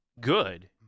good